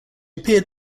appeared